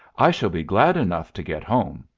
i shall be glad enough to get home.